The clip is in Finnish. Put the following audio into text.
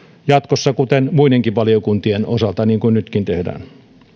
jatkossa kuten muidenkin valiokuntien osalta niin kuin nytkin tehdään